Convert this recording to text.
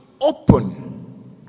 open